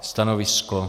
Stanovisko?